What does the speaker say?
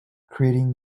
creating